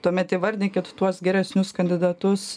tuomet įvardinkit tuos geresnius kandidatus